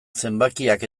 zenbakiak